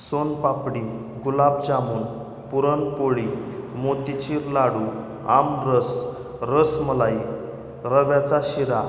सोनपापडी गुलाबजामून पुरणपोळी मोतीचूर लाडू आमरस रसमलाई रव्याचा शिरा